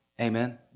Amen